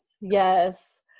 yes